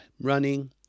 running